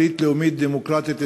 ברית לאומית דמוקרטית,